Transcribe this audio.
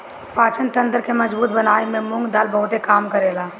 पाचन तंत्र के मजबूत बनावे में मुंग दाल बहुते काम करेला